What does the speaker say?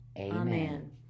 amen